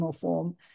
form